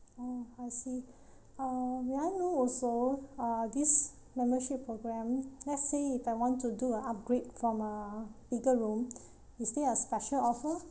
oh I see uh may I know also uh this membership programme lets say if I want to do a upgrade from a bigger room is there a special offer